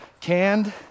canned